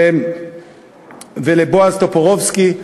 ולבועז טופורובסקי,